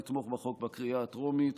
לתמוך בחוק בקריאה הטרומית,